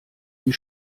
die